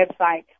website